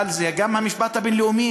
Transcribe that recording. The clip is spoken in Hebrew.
אבל זה גם המשפט הבין-לאומי,